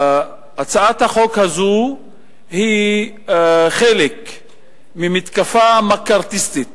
הצעת החוק הזאת היא חלק ממתקפה מקארתיסטית